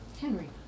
Henry